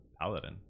Paladin